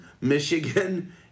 Michigan